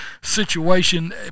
situation